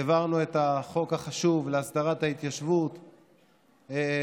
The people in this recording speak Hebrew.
העברנו את החוק החשוב להסדרת ההתיישבות הצעירה,